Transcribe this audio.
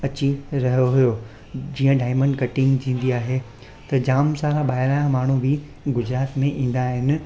अची रहियो हुओ जींअ डायमंड कटिंग थींदी आहे त जाम सारा ॿाहिरां माण्हू बि गुजरात में ईंदा आहिनि